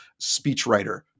speechwriter